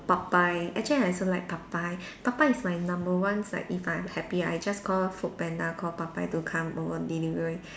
Popeye actually I also like Popeye Popeye is my number one is like if I'm happy I just call Foodpanda call Popeye to come over delivery